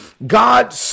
God